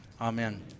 Amen